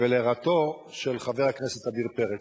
להערתו של חבר הכנסת עמיר פרץ.